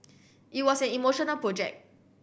it was an emotional project